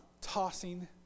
tossing